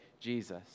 Jesus